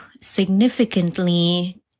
significantly